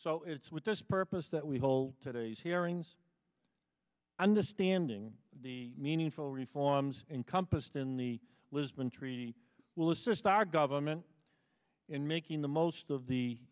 so it's with this purpose that we hold today's hearings understanding the meaningful reforms encompassed in the lisbon treaty will assist our government in making the most of the